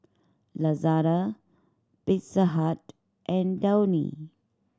Lazada Pizza Hut and Downy